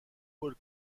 paul